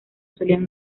solían